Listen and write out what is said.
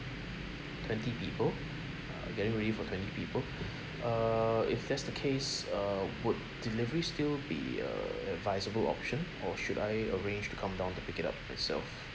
twenty people uh getting ready for twenty people err if that's the case uh would delivery still be a advisable option or should I arrange to come down to pick it up myself